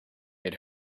had